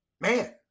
man